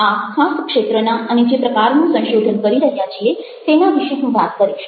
આ ખાસ ક્ષેત્રના અને જે પ્રકારનું સંશોધન કરી રહ્યા છીએ તેના વિશે હું વાત કરીશ